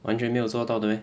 完全没有做到的 meh